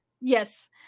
Yes